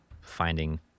finding